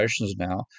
now